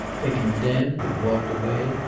they condemned and walked away,